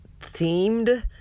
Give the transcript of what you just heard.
themed